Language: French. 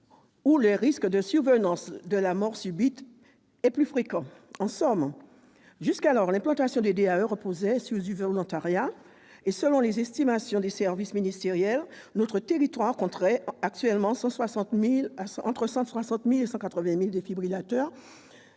où le risque de survenance de la mort subite est plus fréquent. Jusqu'alors, l'implantation des DAE reposait sur du volontariat. Selon les estimations des services ministériels, notre territoire compterait actuellement entre 160 000 et 180 000 défibrillateurs